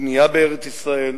בנייה בארץ-ישראל,